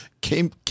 came